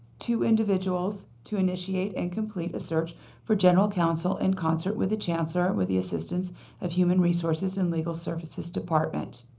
two individuals to initiate and complete a search for general counsel in concert with the chancellor with the assistance of human resources and legal services department.